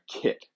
kit